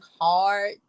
hard